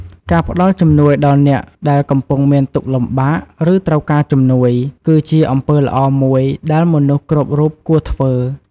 ការផ្តល់ជំនួយដល់អ្នកដែលកំពុងមានទុក្ខលំបាក ឬត្រូវការជំនួយ គឺជាអំពើល្អមួយដែលមនុស្សគ្រប់រូបគួរធ្វើ។